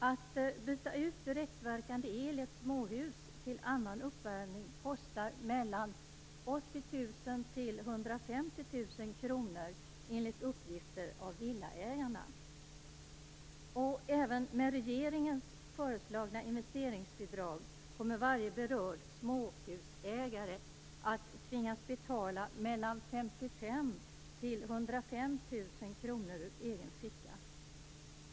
Att byta ut direktverkande el i ett småhus till annan uppvärmning kostar mellan 80 000 och 150 000 kr, enligt uppgifter av Villaägarna. Även med regeringens föreslagna investeringsbidrag kommer varje berörd småhusägare att tvingas betala mellan 55 000 och 105 000 kr ur egen ficka.